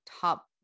Top